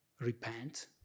repent